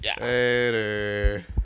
Later